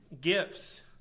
gifts